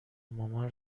مامان